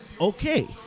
okay